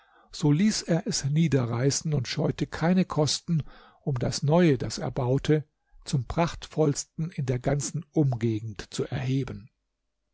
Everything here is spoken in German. so ließ er es niederreißen und scheute keine kosten um das neue das er baute zum prachtvollsten in der ganzen umgegend zu erheben